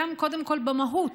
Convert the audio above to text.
קודם כול במהות.